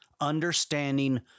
Understanding